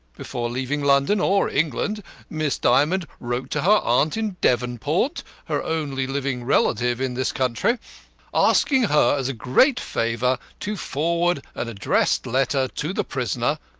before leaving london or england miss dymond wrote to her aunt in devonport her only living relative in this country asking her as a great favour to forward an addressed letter to the prisoner